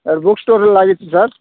sir book store ଲାଗିଛି sir